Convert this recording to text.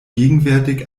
gegenwärtig